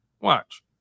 Watch